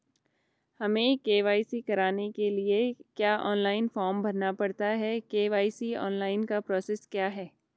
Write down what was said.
हमें के.वाई.सी कराने के लिए क्या ऑनलाइन फॉर्म भरना पड़ता है के.वाई.सी ऑनलाइन का प्रोसेस क्या है?